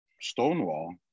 Stonewall